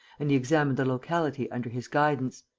and he examined the locality under his guidance.